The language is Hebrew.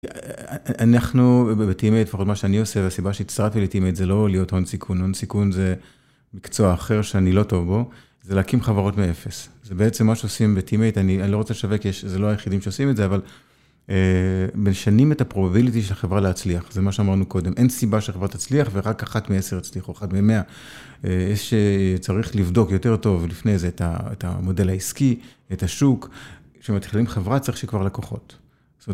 אנחנו בטימאיט, לפחות מה שאני עושה, והסיבה שהצטרפתי לטימאיט זה לא להיות הון סיכון, הון סיכון זה מקצוע אחר שאני לא טוב בו, זה להקים חברות מאפס. זה בעצם מה שעושים בטימאיט, אני לא רוצה לשווק, זה לא היחידים שעושים את זה, אבל משנים את הפרובוביליטי של החברה להצליח, זה מה שאמרנו קודם. אין סיבה שהחברה תצליח ורק אחת מ-10 תצליח או אחת מ-100. יש שצריך לבדוק יותר טוב לפני זה את המודל העסקי, את השוק. כשמתחילים חברה צריך שכבר לקוחות.